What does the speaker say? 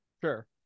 Sure